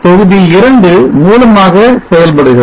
தொகுதி 2 மூலமாக செயல்படுகிறது